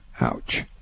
ouch